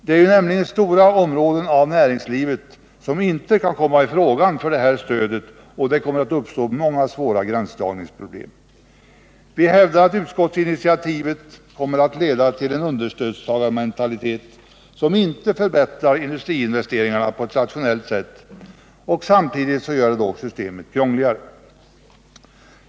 Det är ju nämligen stora områden av näringslivet som inte kan komma i fråga för det här stödet. Det kommer att uppstå många svåra gränsdragningsproblem. Vi hävdar att utskottsinitiativet kommer att leda till en understödstagarmentalitet som inte förbättrar industriinvesteringarna på ett rationellt sätt. Samtidigt blir systemet krångligare.